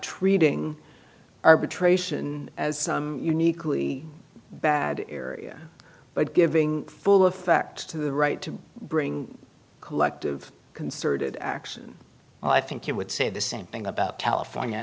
treating arbitration as some uniquely bad area but giving full effect to the right to bring collective concerted action well i think you would say the same thing about california